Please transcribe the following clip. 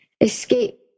escape